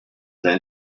half